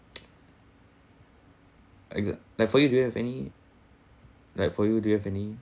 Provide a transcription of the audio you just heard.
exactly like for you do you have any like for you do you have any